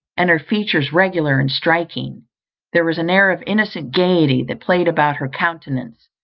and her features regular and striking there was an air of innocent gaiety that played about her countenance,